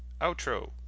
outro